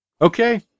Okay